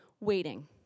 waiting